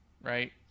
right